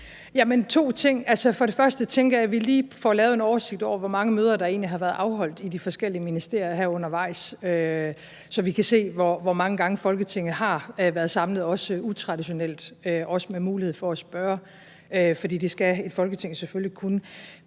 For det første tænker jeg, at vi lige får lavet en oversigt over, hvor mange møder der egentlig har været afholdt i de forskellige ministerier her undervejs, så vi kan se, hvor mange gange Folketinget har været samlet, også utraditionelt, også med mulighed for at spørge. For det skal et Folketing selvfølgelig kunne.